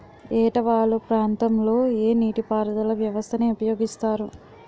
ఏట వాలు ప్రాంతం లొ ఏ నీటిపారుదల వ్యవస్థ ని ఉపయోగిస్తారు?